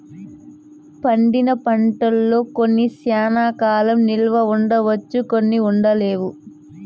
పండిన పంటల్లో కొన్ని శ్యానా కాలం నిల్వ ఉంచవచ్చు కొన్ని ఉండలేవు